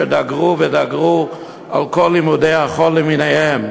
שדגרו ודגרו על כל לימודי החול למיניהם.